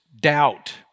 doubt